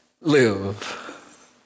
live